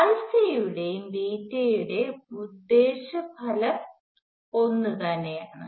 alpha യുടേം beta ഉദ്ദേശം ഫലം ഒന്ന് തന്ന്നെ ആണ്